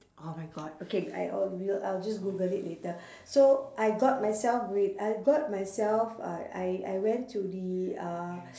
orh my god okay I obv~ I'll just google it later so I got myself with I got myself a I I went to the uh